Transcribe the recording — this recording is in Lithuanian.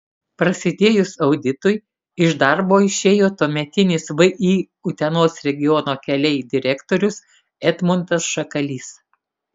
prasidėjus auditui iš darbo išėjo tuometis vį utenos regiono keliai direktorius edmundas šakalys